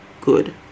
good